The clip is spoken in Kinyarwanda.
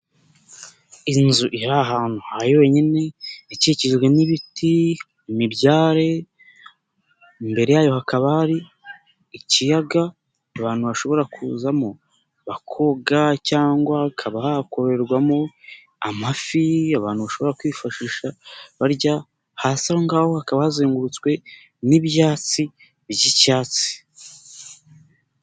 Inzu iri ahantu hayonyine, ikikijwe n'ibiti, imibyare. Imbere yayo hakaba hari ikiyaga. Abantu bashobora kuzamo bakoga cyangwa hakaba hakororerwamo amafi. Abantu bashobora kwifashisha barya. Hasi aho ngaho hakaba bazengurutswe n'ibyatsi by'icyatsi.